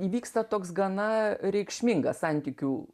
įvyksta toks gana reikšmingas santykių